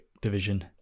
division